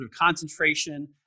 concentration